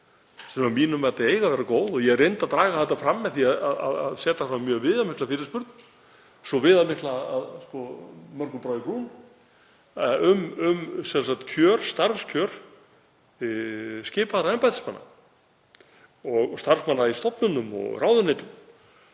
en að mínu mati eiga launakjörin að vera góð. Ég reyndi að draga þetta fram með því að setja fram mjög viðamikla fyrirspurn, svo viðamikla að mörgum brá í brún, um starfskjör skipaðra embættismanna og starfsmanna í stofnunum og ráðuneytum.